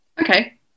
okay